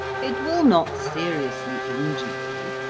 it will not seriously injure you,